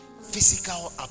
physical